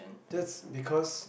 that's because